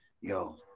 yo